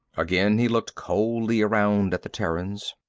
again he looked coldly around at the terrans.